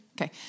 Okay